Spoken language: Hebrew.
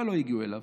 אבל לא הגיעו אליו.